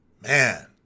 Man